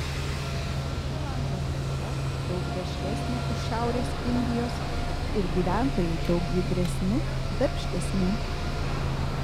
šri lankos gamta daug vešlesnė už šiaurės indijos ir gyventojai daug judresni darbštesni